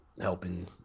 helping